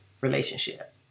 relationship